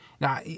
Now